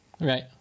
Right